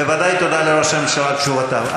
בוודאי תודה לראש הממשלה על תשובותיו.